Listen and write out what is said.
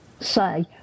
say